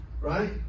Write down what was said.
Right